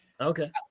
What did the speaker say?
Okay